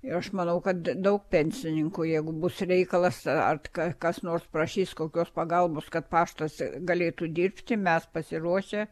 ir aš manau kad daug pensininkų jeigu bus reikalas art ką kas nors prašys kokios pagalbos kad paštuose galėtų dirbti mes pasiruošę